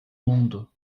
mundo